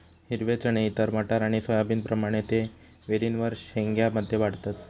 हिरवे चणे इतर मटार आणि सोयाबीनप्रमाणे ते वेलींवर शेंग्या मध्ये वाढतत